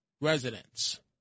residents